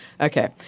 Okay